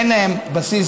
אין להן בסיס,